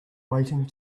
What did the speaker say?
waiting